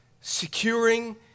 securing